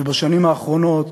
ובשנים האחרונות